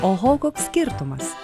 oho koks skirtumas